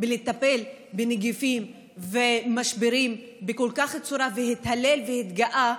בלטפל בנגיפים ובמשברים והתהלל והתגאה,